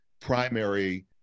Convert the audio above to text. primary